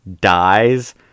dies